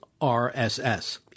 RSS